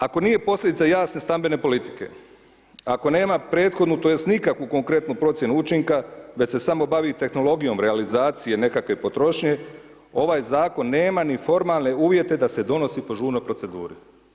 Ako nije posljedica jasne stambene politike, ako nema prethodnu, tj. nikakvu konkretnu procjenu učinka, već se samo bavi tehnologijom, realizacije nekakve potrošnje ovaj zakon nema ni formalne uvjete da se donosi po žurnoj proceduri.